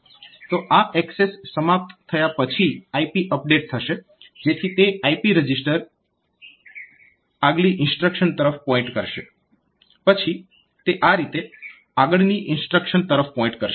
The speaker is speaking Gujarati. તો આ એક્સેસ સમાપ્ત થયા પછી IP અપડેટ થશે જેથી તે IP રજીસ્ટર આગલી ઇન્સ્ટ્રક્શન તરફ પોઇન્ટ કરશે પછી તે આ રીતે આગળની ઇન્સ્ટ્રક્શન તરફ પોઇન્ટ કરશે